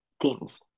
themes